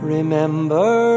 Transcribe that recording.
Remember